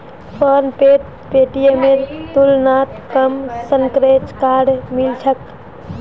फोनपेत पेटीएमेर तुलनात कम स्क्रैच कार्ड मिल छेक